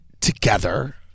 together